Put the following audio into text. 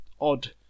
odd